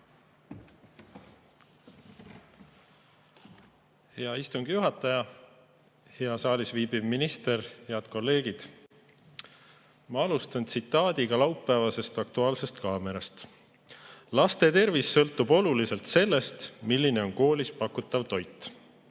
Hea istungi juhataja! Hea saalis viibiv minister! Head kolleegid! Ma alustan tsitaadiga laupäevasest "Aktuaalsest kaamerast": "Laste tervis sõltub oluliselt sellest, milline on koolis pakutav toit."